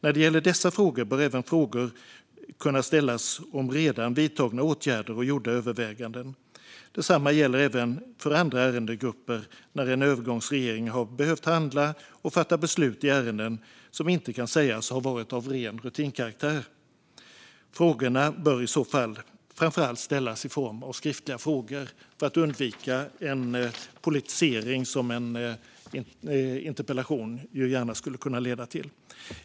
När det gäller dessa bör även frågor kunna ställas om redan vidtagna åtgärder och gjorda överväganden. Detsamma gäller för andra ärendegrupper när en övergångsregering har behövt handla och fatta beslut i ärenden som inte kan sägas ha varit av ren rutinkaraktär. Frågorna bör i så fall framför allt ställas i form av skriftliga frågor för att undvika en politisering, vilket en interpellation gärna skulle kunna leda till.